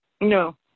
No